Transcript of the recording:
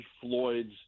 Floyd's